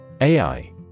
AI